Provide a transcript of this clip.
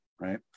right